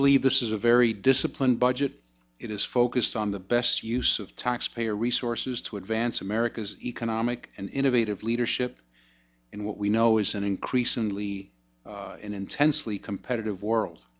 believe this is a very disciplined budget it is focused on the best use of taxpayer resources to advance america's economic and innovative leadership in what we know is an increasingly intensely competitive world